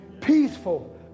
peaceful